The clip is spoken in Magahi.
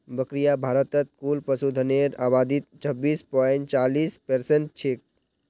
बकरियां भारतत कुल पशुधनेर आबादीत छब्बीस पॉइंट चालीस परसेंट छेक